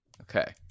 Okay